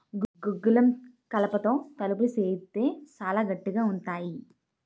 గుగ్గిలం కలపతో తలుపులు సేయిత్తే సాలా గట్టిగా ఉంతాయి